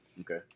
Okay